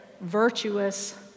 virtuous